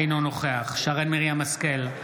אינו נוכח שרן מרים השכל,